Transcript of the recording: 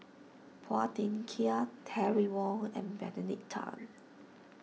Phua Thin Kiay Terry Wong and Benedict Tan